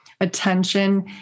Attention